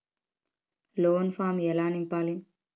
Loan form ఎలా నింపాలి?